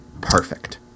perfect